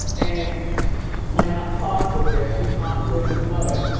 and my aunt pod lived there who's aunt liz's mother.